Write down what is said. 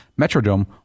Metrodome